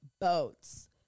boats